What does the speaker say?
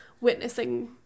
witnessing